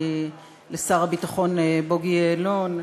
לשר הביטחון בוגי יעלון,